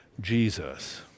Jesus